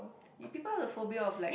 you people have a phobia of like